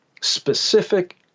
specific